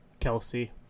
Kelsey